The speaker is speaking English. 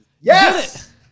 Yes